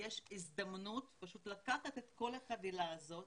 יש הזדמנות לקחת את כל החבילה הזאת